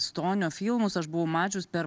stonio filmus aš buvau mačius per